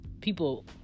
people